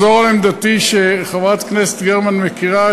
שחברת הכנסת גרמן מכירה,